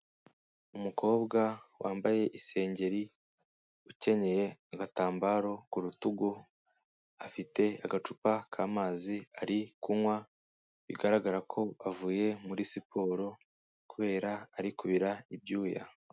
Umukobwa wambaye isengeri, ukenyeye agatambaro ku rutugu, afite agacupa k'amazi ari kunywa, bigaragara ko avuye muri siporo kubera ari kubira ibyuya.